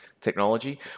technology